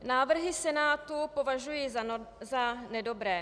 Návrhy Senátu považuji za nedobré.